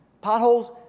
Potholes